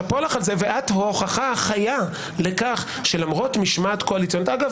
שאפו על זה ואת ההוכחה החיה לכך שלמרות משמעת קואליציונית אגב